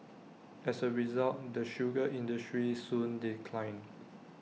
as A result the sugar industry soon declined